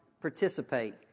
participate